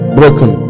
broken